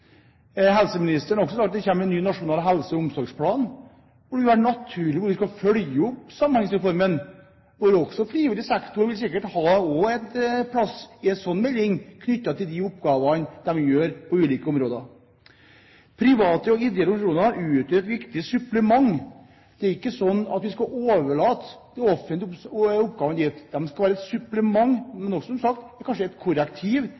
Helseministeren har også sagt at det kommer en ny nasjonal helse- og omsorgsplan, hvor man skal følge opp Samhandlingsreformen, og hvor det vil være naturlig at også frivillig sektor har en plass på grunn av de oppgavene de gjør på ulike områder. Private og ideelle organisasjoner utgjør et viktig supplement. Det er ikke slik at vi skal overlate det offentliges oppgaver til dem. De skal være et supplement, men, som sagt, kanskje også et korrektiv